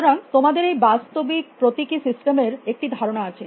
সুতরাং তোমাদের এই বাস্তবিক প্রতীকী সিস্টেমের একটি ধারণা আছে